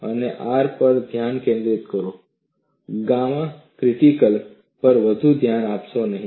અને R પર ધ્યાન કેન્દ્રિત કરો ગામા ક્રિટિકલ પર વધુ ધ્યાન આપશો નહીં